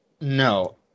No